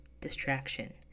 distraction